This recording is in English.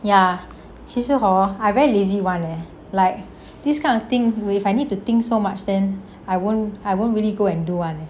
ya 其实 hor I very lazy [one] leh like this kind of thing with I need to think so much then I won't I won't really go and do [one]